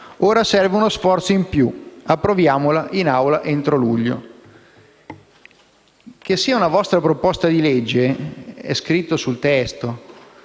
Ora servono sforzi in più. Approviamola in Aula entro luglio». Che sia una vostra proposta di legge è scritto sul testo,